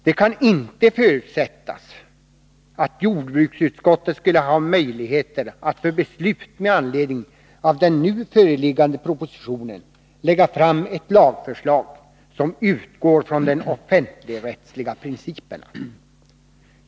Det kan inte förutsättas att jordbruksutskottet skulle ha möjligheter att för beslut med anledning av den nu föreliggande propositionen lägga fram ett lagförslag som utgår från de offentligrättsliga principerna.